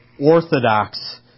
orthodox